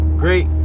great